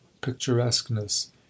picturesqueness